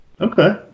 Okay